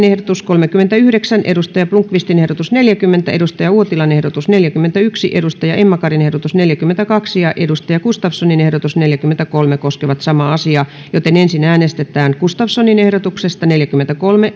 ehdotus kolmekymmentäyhdeksän thomas blomqvistin ehdotus neljäkymmentä kari uotilan ehdotus neljäkymmentäyksi emma karin ehdotus neljäkymmentäkaksi ja jukka gustafssonin ehdotus neljäkymmentäkolme koskevat samaa määrärahaa ensin äänestetään ehdotuksesta neljäkymmentäkolme